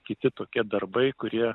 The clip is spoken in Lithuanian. kiti tokie darbai kurie